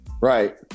Right